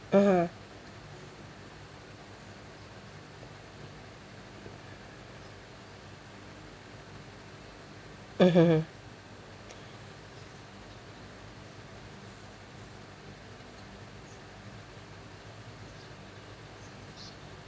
(uh huh) mmhmm mm